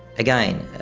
again,